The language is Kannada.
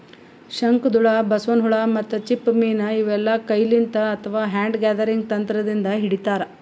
ಶಂಕದ್ಹುಳ, ಬಸವನ್ ಹುಳ ಮತ್ತ್ ಚಿಪ್ಪ ಮೀನ್ ಇವೆಲ್ಲಾ ಕೈಲಿಂತ್ ಅಥವಾ ಹ್ಯಾಂಡ್ ಗ್ಯಾದರಿಂಗ್ ತಂತ್ರದಿಂದ್ ಹಿಡಿತಾರ್